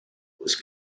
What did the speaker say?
was